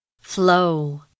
Flow